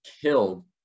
killed